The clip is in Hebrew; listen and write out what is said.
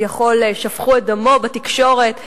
כביכול שפכו את דמו בתקשורת.